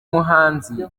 muhanzi